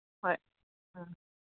ꯍꯣꯏ ꯑꯥ